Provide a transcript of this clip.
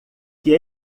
que